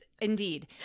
indeed